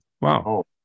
Wow